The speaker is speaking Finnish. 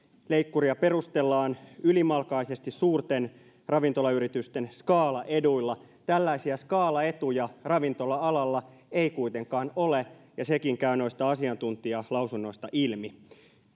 leikkuria perustellaan ylimalkaisesti suurten ravintolayritysten skaalaeduilla tällaisia skaalaetuja ravintola alalla ei kuitenkaan ole ja sekin käy noista asiantuntijalausunnoista ilmi